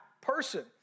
person